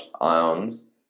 ions